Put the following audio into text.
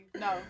No